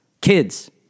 kids